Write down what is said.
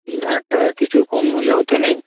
তিন হাজার টাকার কিছু কম হলে হত না